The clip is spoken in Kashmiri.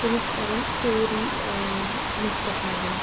تٔمِس کَرَن سورُے مُفتَس منٛز